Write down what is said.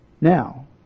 Now